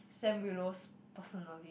Sam Willows personally